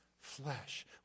flesh